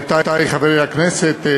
עמיתי חברי הכנסת,